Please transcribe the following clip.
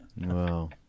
wow